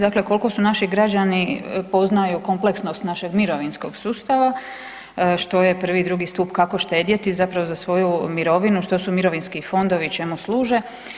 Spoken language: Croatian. Dakle, koliko naši građani poznaju kompleksnost našeg mirovinskog sustav, što je prvi i drugi stup, kako štedjeti zapravo za svoju mirovinu, što su mirovinski fondovi i čemu služe.